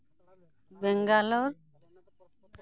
Bangalore